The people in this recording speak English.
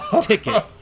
ticket